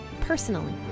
personally